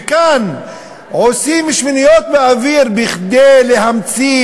וכאן עושים שמיניות באוויר כדי להמציא